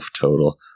total